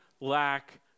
lack